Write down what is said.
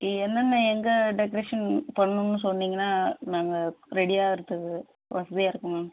என்னென்ன எங்கே டெக்ரேஷன் பண்ணுன்னு சொன்னீங்கன்னா நாங்கள் ரெடியாவறதுக்கு வசதியாக இருக்கும் மேம்